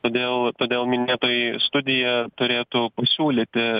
todėl todėl minėtoji studija turėtų pasiūlyti